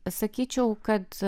sakyčiau kad